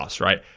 right